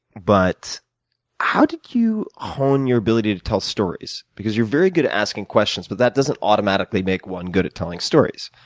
but how did you hone your ability to tell stories? because you're very good at asking questions but that doesn't automatically make one good at telling stories.